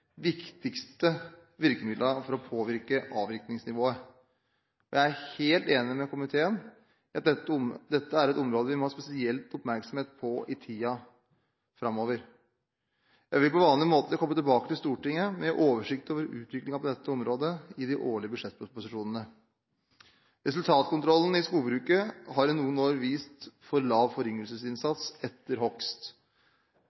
viktigste virkemidlene for å påvirke avvirkningsnivået. Jeg er helt enig med komiteen i at dette er et område vi må ha spesiell oppmerksomhet på i tiden framover. Jeg vil på vanlig måte komme tilbake til Stortinget med oversikt over utviklingen på dette området i de årlige budsjettproposisjonene. Resultatkontrollen i skogbruket har i noen år vist for lav